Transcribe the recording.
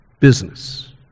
Business